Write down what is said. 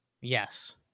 Yes